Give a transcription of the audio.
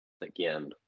Again